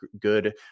good